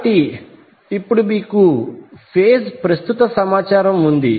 కాబట్టి ఇప్పుడు మీకు ఫేజ్ ప్రస్తుత సమాచారం ఉంది